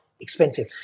expensive